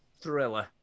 thriller